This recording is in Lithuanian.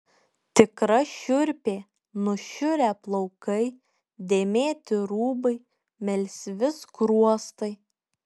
tikra šiurpė nušiurę plaukai dėmėti rūbai melsvi skruostai